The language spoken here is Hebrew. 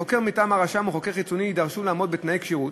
חוקר מטעם הרשם או חוקר חיצוני יידרשו לעמוד בתנאי כשירות,